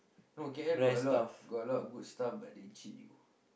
no K_L got a lot got a lot good stuff but they cheat